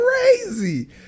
crazy